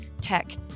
tech